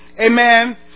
Amen